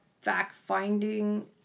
fact-finding